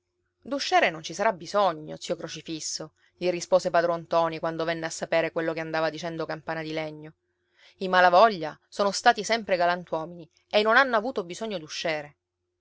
d'usciere non ci sarà bisogno zio crocifisso gli rispose padron ntoni quando venne a sapere quello che andava dicendo campana di legno i malavoglia sono stati sempre galantuomini e non hanno avuto bisogno d'usciere